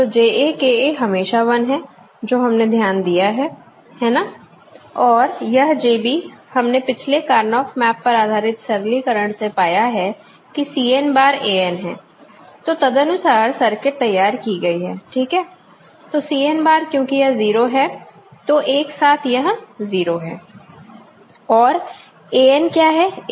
तो JA KA हमेशा 1 है जो हमने ध्यान दिया है है ना और यह JB हमने पिछले कार्नोफ मैप पर आधारित सरलीकरण से पाया है कि Cn bar An है तो तदनुसार सर्किट तैयार की गई है ठीक है तो Cn bar क्योंकि यह 0 है तो एक साथ यह 0 है और An क्या है